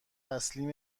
تسلیم